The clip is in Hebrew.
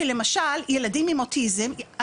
למשל ילדים עם אוטיזם,